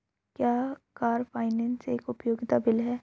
क्या car finance एक उपयोगिता बिल है?